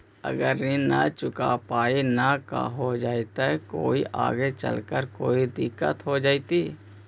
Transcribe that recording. अगर ऋण न चुका पाई न का हो जयती, कोई आगे चलकर कोई दिलत हो जयती?